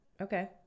okay